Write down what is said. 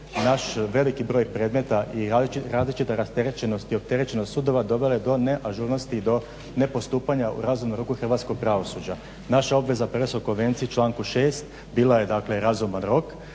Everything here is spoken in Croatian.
naš veliki broj predmeta i različita rasterećenost i opterećenost sudova dovela do neažurnosti i do nepostupanja razumnom roku hrvatskog pravosuđa. Naša obveza prema EU konvenciji članku 6.bila je razuman rok,